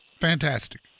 Fantastic